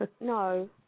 no